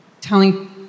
telling